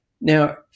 Now